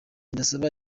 ndasaba